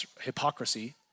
hypocrisy